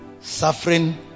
Suffering